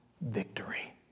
victory